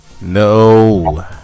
No